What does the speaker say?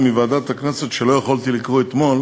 של ועדת הכנסת שלא יכולתי לקרוא אתמול